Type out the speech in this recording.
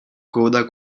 coda